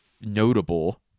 notable